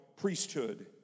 priesthood